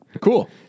Cool